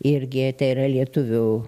ir gėtė yra lietuvių